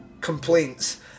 complaints